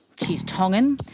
she's tongan,